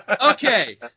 Okay